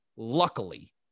luckily